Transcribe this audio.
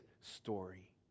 story